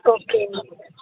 okay